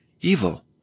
evil